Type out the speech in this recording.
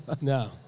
No